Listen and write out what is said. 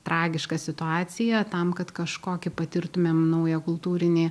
tragiška situacija tam kad kažkokį patirtumėm naują kultūrinį